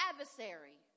adversary